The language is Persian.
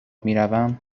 میروم